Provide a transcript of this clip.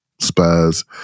Spurs